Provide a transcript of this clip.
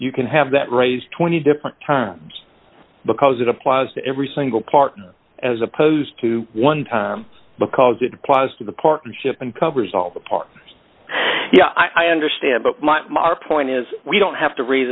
can have that raised twenty different times because it applies to every single part as opposed to one time because it applies to the partnership and covers all the parts i understand but my point is we don't have to r